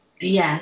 Yes